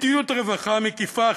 מדיניות רווחה מקיפה.